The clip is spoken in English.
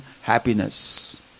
happiness